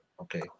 okay